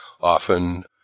often